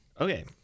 Okay